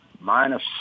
minus